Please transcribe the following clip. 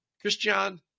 Christian